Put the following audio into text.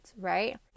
right